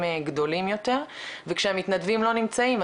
גדולים יותר וכשהמתנדבים לא נמצאים,